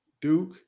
Duke